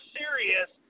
serious